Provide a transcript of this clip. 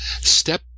Step